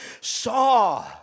saw